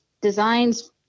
designs